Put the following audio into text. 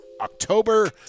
October